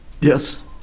Yes